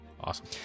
Awesome